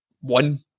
one